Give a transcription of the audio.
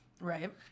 Right